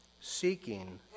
seeking